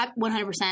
100%